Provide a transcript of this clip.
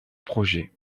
projet